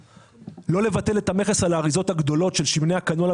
שאינו מבטל את המכס על האריזות הגדולות של שמני הקנולה